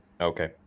Okay